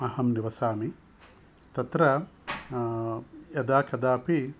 अहं निवसामि तत्र यदा कदापि